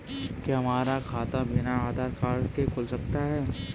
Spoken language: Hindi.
क्या हमारा खाता बिना आधार कार्ड के खुल सकता है?